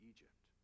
Egypt